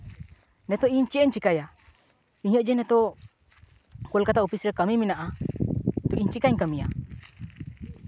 ᱱᱤᱛᱚᱜ ᱤᱧ ᱪᱮᱫ ᱤᱧ ᱪᱤᱠᱟᱹᱭᱟ ᱤᱧᱟᱹᱜ ᱡᱮ ᱱᱤᱛᱚᱜ ᱠᱳᱞᱠᱟᱛᱟ ᱚᱯᱷᱤᱥ ᱨᱮ ᱠᱟᱹᱢᱤ ᱢᱮᱱᱟᱜᱼᱟ ᱛᱚ ᱤᱧ ᱪᱤᱠᱟᱹᱧ ᱠᱟᱹᱢᱤᱭᱟ